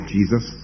Jesus